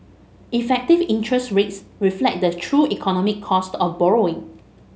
effective interest rates reflect the true economic cost of borrowing